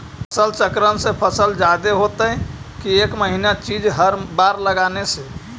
फसल चक्रन से फसल जादे होतै कि एक महिना चिज़ हर बार लगाने से?